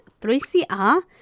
3CR